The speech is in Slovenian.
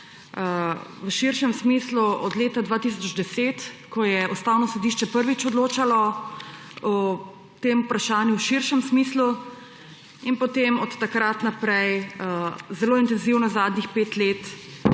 v širšem smislu od leta 2010, ko je Ustavno sodišče prvič določalo o tem vprašanju v širšem smislu, in potem od takrat naprej zelo intenzivno zadnjih pet let,